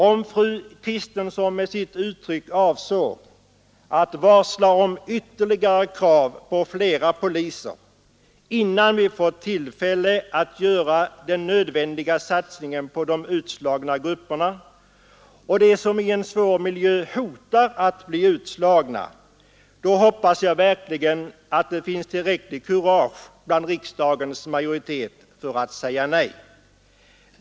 Om fru Kristensson med sitt uttryck avsåg att varsla om ytterligare krav på fler poliser innan vi får tillfälle att göra den nödvändiga satsningen på de utslagna grupperna och dem som i en svår miljö hotas av att bli utslagna hoppas jag verkligen att det finns tillräckligt kurage bland riksdagens majoritet för att säga nej.